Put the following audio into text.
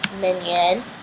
Minion